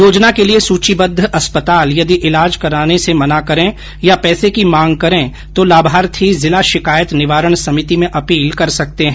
योजना के लिये सूचीबद्व अस्पताल यदि इलाज करने से मना करे या पैसे की मांग करे तो लाभार्थी जिला शिकायत निवारण समिति में अपील कर सकते है